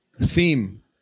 theme